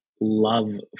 love